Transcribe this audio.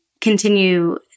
continue